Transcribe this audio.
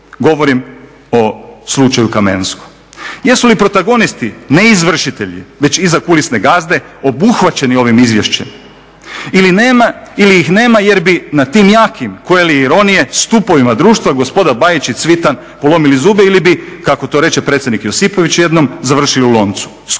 Govorim o slučaju Kamensko. Jesu li protagonisti, neizvršitelji već izakulisne gazde obuhvaćeni ovim izvješćem ili ih nema jer bi na tim jakim, koje li ironije stupovima društva gospoda Bajić i Cvitan polomili zube ili bi kako to reče predsjednik Josipović jednom završili u loncu, skuhani.